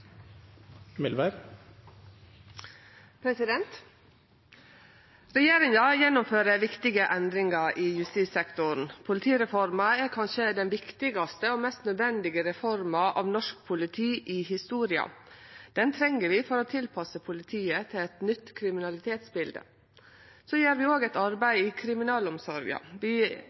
fortjener. Regjeringa gjennomfører viktige endringar i justissektoren. Politireforma er kanskje den viktigaste og mest nødvendige reforma av norsk politi i historia. Reforma trengst for å tilpasse politiet til eit nytt kriminalitetsbilde. Vi gjer òg eit arbeid i kriminalomsorga.